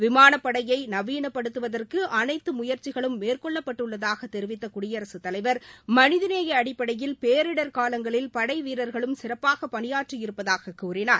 விமானப் படையை நவீனப்படுத்துவதற்கு அனைத்து முயற்சிகளும் மேற்கொள்ளப்பட்டுள்ளதாக தெரிவித்த குடியரசுத் தலைவர் மனிதநேய அடிப்படையில் பேரிடர் காலங்களில் படை வீரர்களும் சிறப்பாக பணியாற்றி இருப்பதாக கூறினார்